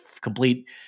complete